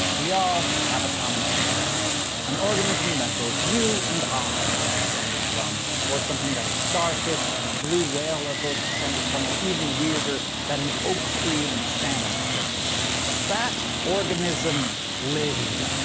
we all have a common ancestor. an organism that both you and i are descended from. or something that a star fish and a blue whale are descended from. or, even weirder, that an oak tree and a salmon are both descended from. that organism lived.